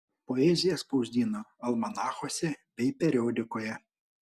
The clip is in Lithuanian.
poeziją spausdino almanachuose bei periodikoje